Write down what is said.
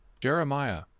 Jeremiah